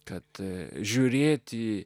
kad žiūrėti